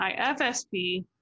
IFSP